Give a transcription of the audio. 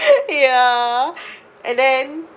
ya and then